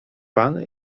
pan